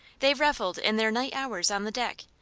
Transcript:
they revelled in their night hours on the deck,